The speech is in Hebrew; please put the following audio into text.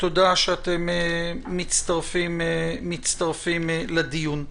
תודה שאתם מצטרפים לדיון.